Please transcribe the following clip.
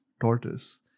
tortoise